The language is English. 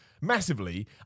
massively